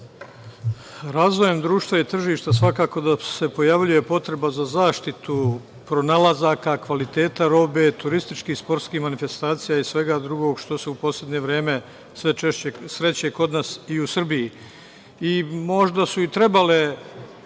Razvojem društva i tržišta svakako da se pojavljuje potreba za zaštitu pronalazaka kvaliteta robe, turističkih i sportskih manifestacija i svega drugog što se u poslednje vreme sve češće sreće i kod nas u Srbiji. Možda su i trebale